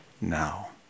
now